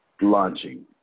Launching